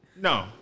No